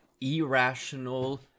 irrational